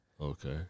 Okay